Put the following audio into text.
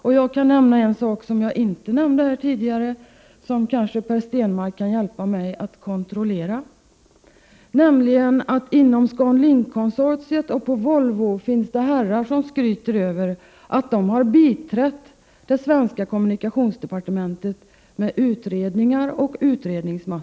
Jag kan också nämna en sak som jag inte nämnde tidigare och som kanske Per Stenmarck kan hjälpa mig att kontrollera, nämligen att inom ScanLinkkonsortiet och på Volvo finns det herrar som skryter över att de har biträtt det svenska kommunikationsdepartementet med utredningsmaterial och utredningar.